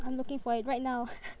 I'm looking for it right now